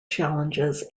challenges